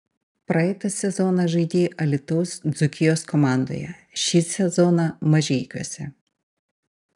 praeitą sezoną žaidei alytaus dzūkijos komandoje šį sezoną mažeikiuose